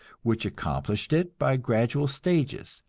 which accomplished it by gradual stages,